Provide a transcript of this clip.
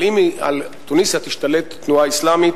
אבל אם על תוניסיה תשתלט תנועה אסלאמית,